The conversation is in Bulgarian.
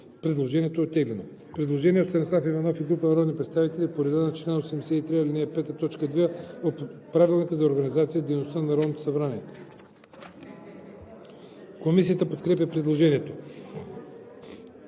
Предложението е оттеглено. Предложение от Станислав Иванов и група народни представители по реда на чл. 83, ал. 5, т. 2 от Правилника за организацията и дейността на Народното събрание. Комисията подкрепя предложението.